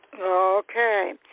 Okay